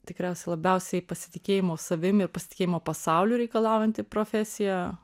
tikriausia labiausiai pasitikėjimo savimi pasitikėjimo pasauliu reikalaujanti profesija